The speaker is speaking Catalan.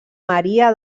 maria